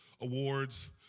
awards